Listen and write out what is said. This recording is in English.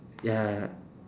ya